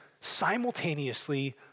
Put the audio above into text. simultaneously